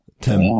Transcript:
Tim